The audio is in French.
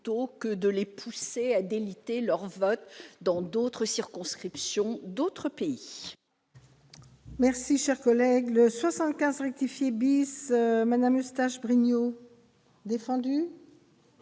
plutôt que de les pousser à diluer leur vote dans les circonscriptions d'autres pays.